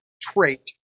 trait